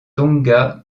tonga